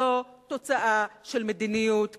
זו תוצאה של מדיניות כלכלית,